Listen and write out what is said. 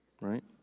right